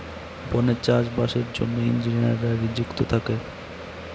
বনে চাষ বাসের জন্য ইঞ্জিনিয়াররা নিযুক্ত থাকে